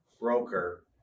broker